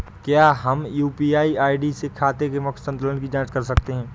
क्या हम UPI ID से खाते के मूख्य संतुलन की जाँच कर सकते हैं?